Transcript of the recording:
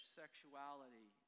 sexuality